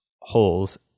holes